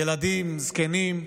ילדים, זקנים,